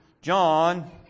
John